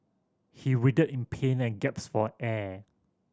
he writhed in pain and for air